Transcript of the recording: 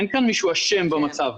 אין כאן מישהו אשם במצב.